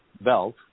belt